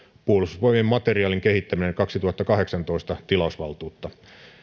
puolustusvoimien materiaalin kehittäminen kaksituhattakahdeksantoista tilausvaltuutta